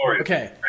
Okay